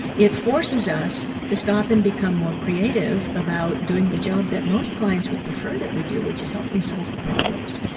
it forces us to stop and become more creative about doing the job that most clients would prefer that we do, which is help them solve the problems.